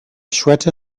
shweta